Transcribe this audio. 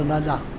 um and